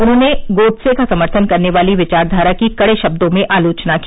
उन्होंने गोडसे का समर्थन करने वाली विचारधारा की कड़े शब्दों में आलोचना की